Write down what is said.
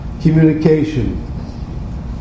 communication